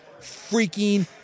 freaking